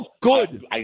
Good